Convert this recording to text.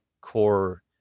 core